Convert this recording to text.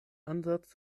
ansatz